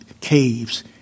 caves